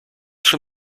schon